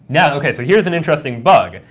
now, ok, so here's an interesting bug.